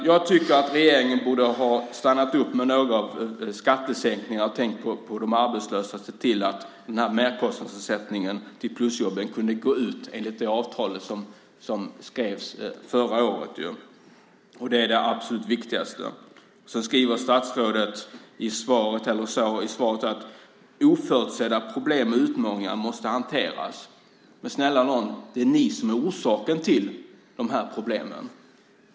Jag tycker att regeringen borde ha stannat upp med några av skattesänkningarna, tänkt på de arbetslösa och sett till att merkostnadsersättningen till plusjobben kunde ha gått ut enligt det avtal som skrevs förra året. Det är det absolut viktigaste. Sedan skriver statsrådet i svaret: "Oförutsedda problem och utmaningar måste hanteras." Men snälla nån: Det är ni som är orsaken till de här problemen!